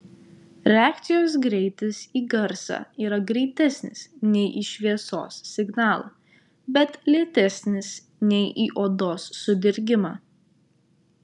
reakcijos greitis į garsą yra greitesnis nei į šviesos signalą bet lėtesnis nei į odos sudirginimą